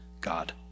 God